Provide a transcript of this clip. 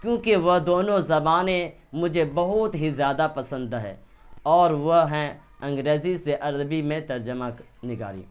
کیونکہ وہ دونوں زبانیں مجھے بہت ہی زیادہ پسند ہیں اور وہ ہیں انگریزی سے عربی میں ترجمہ نگاری